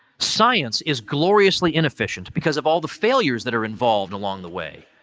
science is gloriously inefficient, because of all the failures that are involved along the way.